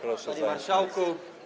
Panie Marszałku!